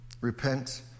Repent